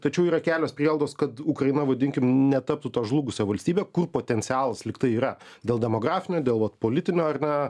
tačiau yra kelios prielaidos kad ukraina vadinkim netaptų ta žlugusia valstybe kur potencialas lyg tai yra dėl demografinio dėl vat politinio ar ne